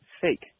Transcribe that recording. Fake